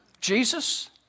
Jesus